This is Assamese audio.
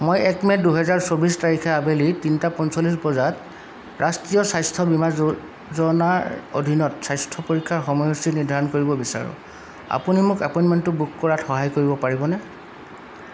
মই এক মে দুই হাজাৰ চৌবিশ তাৰিখে আবেলি তিনিটা পঞ্চল্লিছ বজাত ৰাষ্ট্ৰীয় স্বাস্থ্য বীমা যো যোজনাৰ অধীনত স্বাস্থ্য পৰীক্ষাৰ সময়সূচী নিৰ্ধাৰণ কৰিব বিচাৰোঁ আপুনি মোক এপইণ্টমেণ্টটো বুক কৰাত সহায় কৰিব পাৰিবনে